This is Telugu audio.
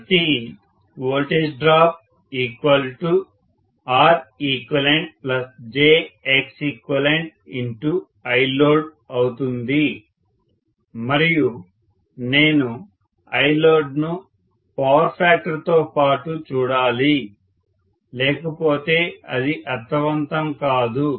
కాబట్టి వోల్టేజ్ డ్రాప్ ReqjXeqILoad అవుతుంది మరియు నేను ILoadను పవర్ ఫ్యాక్టర్ తో పాటు చూడాలి లేకపోతే అది అర్ధవంతం కాదు